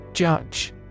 Judge